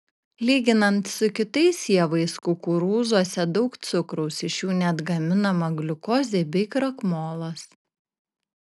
lyginant su kitais javais kukurūzuose daug cukraus iš jų net gaminama gliukozė bei krakmolas